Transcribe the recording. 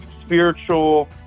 spiritual